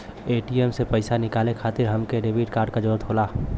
ATM से पइसा निकाले खातिर हमके डेबिट कार्ड क जरूरत होला